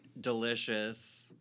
delicious